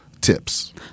tips